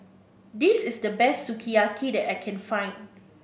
this is the best Sukiyaki that I can find